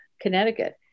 Connecticut